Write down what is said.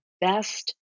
best